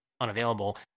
unavailable